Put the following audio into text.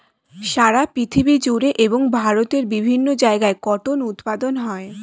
সারা পৃথিবী জুড়ে এবং ভারতের বিভিন্ন জায়গায় কটন উৎপাদন হয়